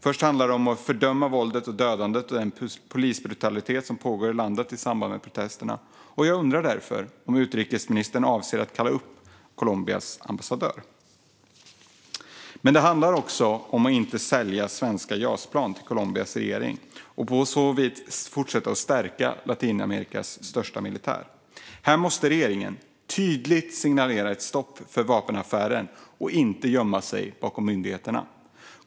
Först handlar det om att fördöma våldet och dödandet och den polisbrutalitet som pågår i landet i samband med de protesterna. Jag undrar därför om utrikesministern avser att kalla upp Colombias ambassadör. Men det handlar också om att inte sälja svenska Jas-plan till Colombias regering och på så vis fortsätta att stärka Latinamerikas största militär. Här måste regeringen tydligt signalera ett stopp för vapenaffären och inte gömma sig bakom myndigheterna.